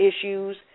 issues